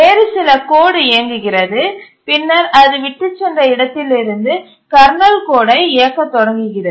வேறு சில கோடு இயங்குகிறது பின்னர் அது விட்டுச்சென்ற இடத்திலிருந்து கர்னல் கோடை இயக்கத் தொடங்குகிறது